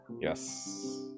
Yes